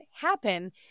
happen